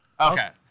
Okay